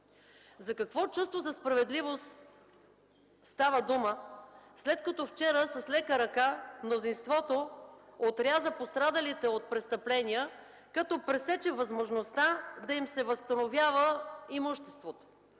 За какво чувство за справедливост става дума, след като вчера с лека ръка мнозинството отряза пострадалите от престъпления, като пресече възможността да им се възстановява имуществото,